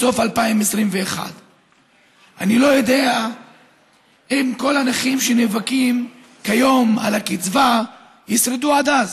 בסוף 2021. אני לא יודע אם כל הנכים שנאבקים כיום על הקצבה ישרדו עד אז.